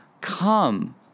come